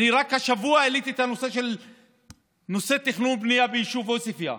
רק השבוע העליתי את הנושא של תכנון ובנייה ביישוב עוספיא.